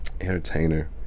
entertainer